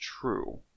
true